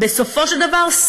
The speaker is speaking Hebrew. בסופו של דבר,